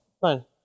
fine